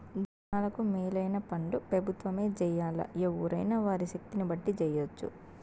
జనాలకు మేలైన పన్లు పెబుత్వమే జెయ్యాల్లా, ఎవ్వురైనా వారి శక్తిని బట్టి జెయ్యెచ్చు